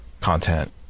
content